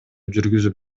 жүргүзүп